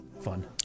fun